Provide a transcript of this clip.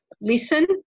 listen